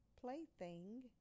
plaything